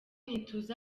ntituzi